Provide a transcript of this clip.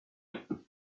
lieutenant